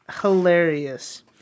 hilarious